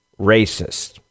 racist